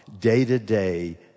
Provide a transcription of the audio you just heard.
day-to-day